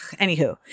anywho